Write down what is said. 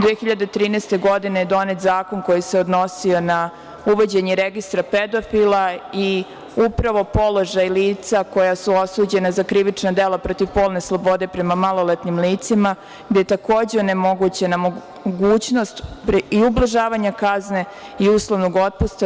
Godine 2013. je donet zakon koji se odnosio na uvođenje registra pedofila i upravo položaj lica koja su osuđena za krivična dela protiv polne slobode prema maloletnim licima, gde je takođe onemogućena mogućnost i ublažavanja kazne i uslovnog otpusta.